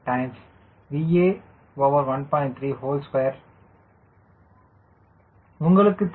3land2 உங்களுக்கு தெரியும் VA1